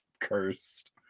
cursed